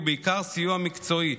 ובעיקר סיוע מקצועי,